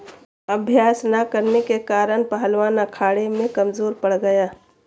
अभ्यास न करने के कारण पहलवान अखाड़े में कमजोर पड़ गया